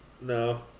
No